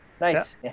Nice